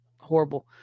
horrible